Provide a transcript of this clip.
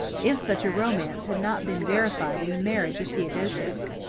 if such a romance had not been verified in the marriage of theodosius.